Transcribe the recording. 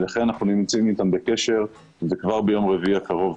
לכן אנחנו נמצאים איתם בקשר וכבר ביום רביעי הקרוב,